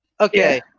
Okay